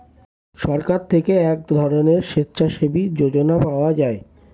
সরকার থেকে এক ধরনের স্বেচ্ছাসেবী যোজনা পাওয়া যায়